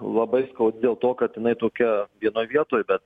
labai skaudi dėl to kad jinai tokia vienoj vietoj be